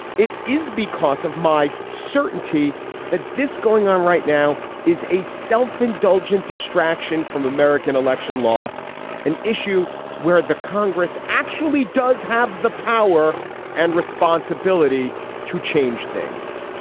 it is because of my certainty that this going on right now is a self-indulgent distraction from american election law an issue where the congress actually does have the power and responsibility to change things.